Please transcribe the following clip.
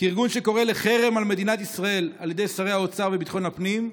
כארגון שקורא לחרם על מדינת ישראל על ידי שרי האוצר וביטחון הפנים,